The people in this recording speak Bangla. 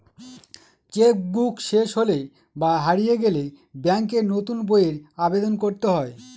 চেক বুক শেষ হলে বা হারিয়ে গেলে ব্যাঙ্কে নতুন বইয়ের আবেদন করতে হয়